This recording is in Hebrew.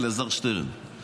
אתה אלעזר שטרן,